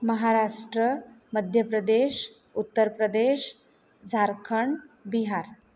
Maharashtra Madhya Pradesh Uttar Pradesh Jharkhand Bihar